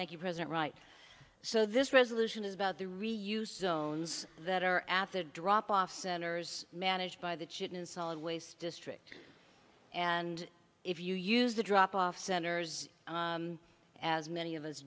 thank you president right so this resolution is about the reuse zones that are at the drop off centers managed by the chin and solid waste district and if you use the drop off centers as many of us